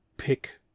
pick